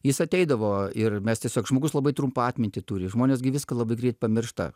jis ateidavo ir mes tiesiog žmogus labai trumpą atmintį turi žmonės gi viską labai greit pamiršta